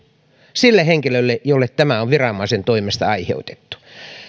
sille henkilölle jolle tämä on viranomaisen toimesta aiheutettu